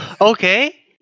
Okay